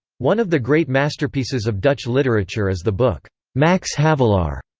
one of the great masterpieces of dutch literature is the book max havelaar,